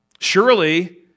Surely